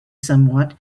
somewhat